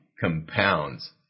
compounds